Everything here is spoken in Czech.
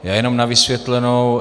Já jenom na vysvětlenou.